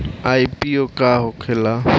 IPO का होखेला?